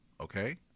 Okay